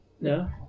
No